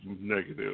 negative